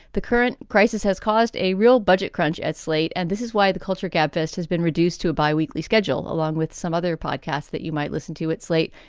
the current crisis has caused a real budget crunch at slate. and this is why the culture gabfest has been reduced to a bi weekly schedule, along with some other podcasts that you might listen to. it's late.